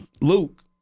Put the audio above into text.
Luke